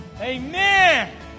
Amen